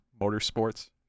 motorsports